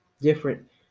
different